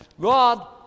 God